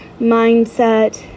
mindset